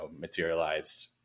materialized